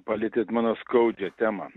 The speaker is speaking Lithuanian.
palietėt mano skaudžią temą